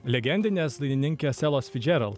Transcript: legendinės dainininkės elos fidžerald